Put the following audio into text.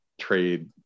trade